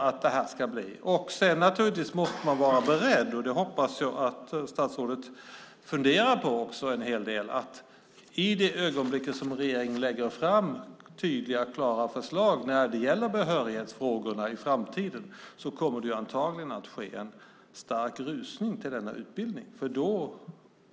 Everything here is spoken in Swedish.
Sedan måste man naturligtvis vara beredd på att i det ögonblick som regeringen lägger fram tydliga och klara förslag i behörighetsfrågorna kommer det antagligen att bli en stark rusning till denna utbildning.